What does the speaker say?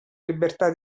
libertà